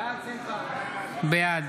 בעד